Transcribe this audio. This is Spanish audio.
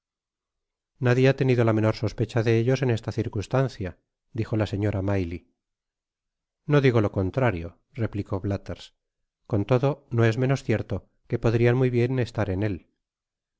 nadie ha tenido la menor sospecha de ellos en esta circunstancia dijo la señora mailly no digo lo contrario replicó blatherscon todo no es menos cierto que podrian muy bien estar en él